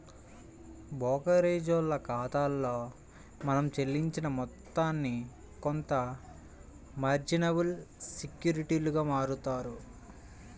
బోకరేజోల్ల ఖాతాలో మనం చెల్లించిన మొత్తాన్ని కొంత మార్జినబుల్ సెక్యూరిటీలుగా మారుత్తారు